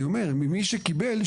אני אומר - ממי שקיבל,